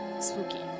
spooky